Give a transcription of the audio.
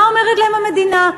מה אומרת להם המדינה?